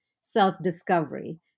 self-discovery